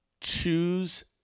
Choose